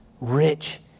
rich